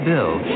Bill